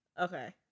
Okay